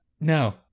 No